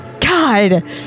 God